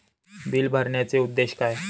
Bill भरण्याचे उद्देश काय?